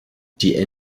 die